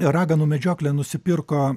raganų medžioklę nusipirko